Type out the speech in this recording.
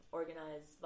organize